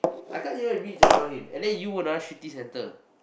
I can't even reach around him and then you another shitty center